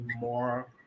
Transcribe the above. more